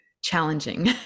challenging